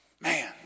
Man